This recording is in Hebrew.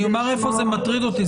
אני אומר איפה זה מטריד אותי,